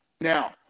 Now